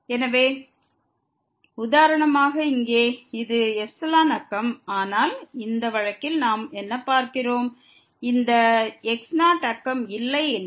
எனவே உதாரணமாக இங்கே இது ε நெய்பர்ஹுட் ஆனால் இந்த வழக்கில் நாம் என்ன பார்க்கிறோம் இந்த x0 க்கு நெய்பர்ஹுட் இல்லை என்று